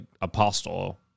Apostle